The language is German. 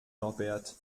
norbert